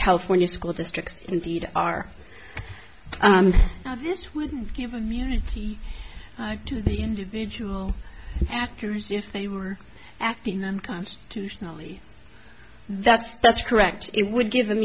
california school districts indeed are this would give immunity to the individual actors they were acting unconstitutionally that's that's correct it would give them